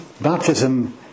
baptism